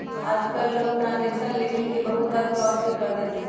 आजकल लोग transaction limit के बहुत बार क्रास भी कर देते हई